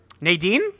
Nadine